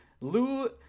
Lou